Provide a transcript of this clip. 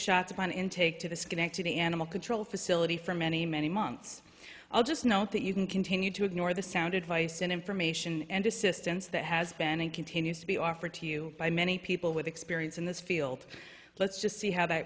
mine intake to the schenectady animal control facility for many many months i'll just note that you can continue to ignore the sound advice and information and assistance that has been and continues to be offered to you by many people with experience in this field let's just see how that